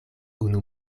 unu